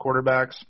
quarterbacks